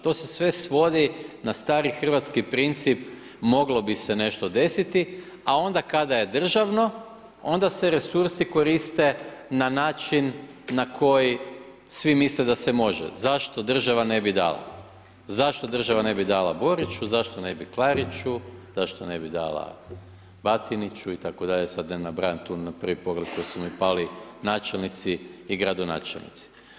To se sve svodi na stari hrvatski princip moglo bi se nešto desiti a onda kada je državno, onda se resursi koriste na način na koji svi misle da se može, zašto država ne bi dala, zašto država ne bi dala Boriću, zašto ne bi Klariću, zašto ne bi dala Batiniću itd., sad da ne nabrajam na prvi pogled koji su pali, načelnici i gradonačelnici.